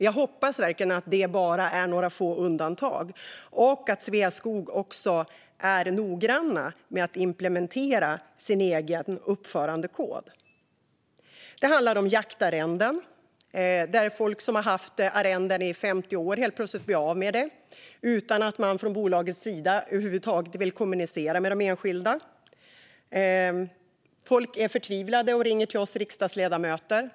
Jag hoppas verkligen att det bara är några få undantag och att Sveaskog också är noggranna med att implementera sin egen uppförandekod. Det handlar om jaktarrenden, där folk som har haft arrenden i 50 år helt plötsligt blir av med dem utan att bolaget över huvud taget vill kommunicera med de enskilda. Folk är förtvivlade och ringer till oss riksdagsledamöter.